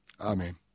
amen